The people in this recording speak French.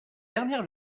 dernière